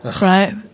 right